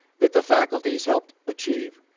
that the faculty has helped achieve?